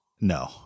No